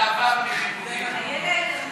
איילת.